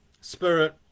spirit